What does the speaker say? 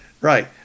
Right